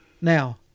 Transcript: now